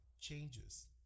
changes